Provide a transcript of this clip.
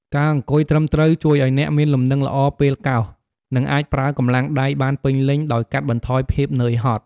ការអង្គុយត្រឹមត្រូវជួយឱ្យអ្នកមានលំនឹងល្អពេលកោស និងអាចប្រើកម្លាំងដៃបានពេញលេញ ដោយកាត់បន្ថយភាពនឿយហត់។